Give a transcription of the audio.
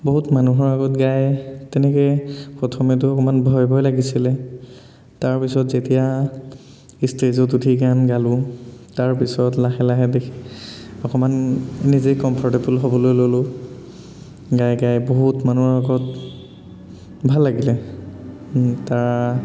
বহুত মানুহৰ আগত গাই তেনেকে প্ৰথমতো অকণমান ভয় ভয় লাগিছিলে তাৰপিছত যেতিয়া ষ্টেজত উঠি গান গালো তাৰপিছত লাহে লাহে দেখি অকণমান নিজে কম্ফ'ৰ্টেৱল হ'বলৈ ল'লো গাই গাই বহুত মানুহৰ আগত ভাল লাগিলে তাৰ